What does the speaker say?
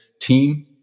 team